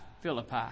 Philippi